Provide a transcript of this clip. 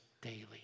daily